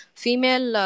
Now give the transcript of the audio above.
female